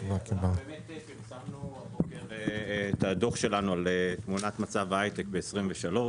באמת פרסמנו הבוקר את הדוח שלנו על תמונת המצב הייטק ב-2023.